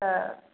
तऽ